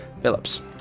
Phillips